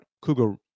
Cougar